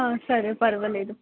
సరే పరవాలేదు